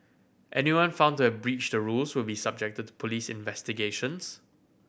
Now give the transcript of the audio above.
anyone found to have breached the rules will be subjected to police investigations